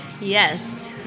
yes